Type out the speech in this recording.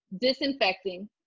disinfecting